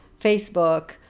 Facebook